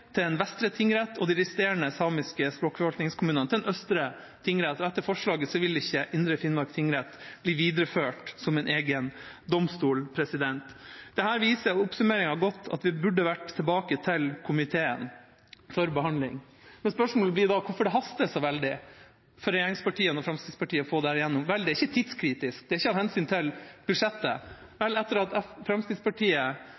til en vestre tingrett og de resterende samiske språkforvaltningskommunene til en østre tingrett. Etter forslaget vil ikke Indre Finnmark tingrett bli videreført som en egen domstol. Oppsummert viser dette godt at det burde vært tilbake til komiteen for behandling. Spørsmålet blir da hvorfor det haster så veldig for regjeringspartiene og Fremskrittspartiet å få dette gjennom. Det er ikke tidskritisk, det er ikke av hensyn til budsjettet.